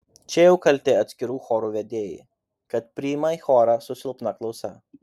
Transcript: čia jau kalti atskirų chorų vedėjai kad priima į chorą su silpna klausa